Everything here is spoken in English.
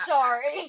Sorry